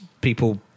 people